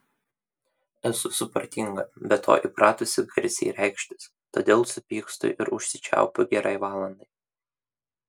esu supratinga be to įpratusi garsiai reikštis todėl supykstu ir užsičiaupiu gerai valandai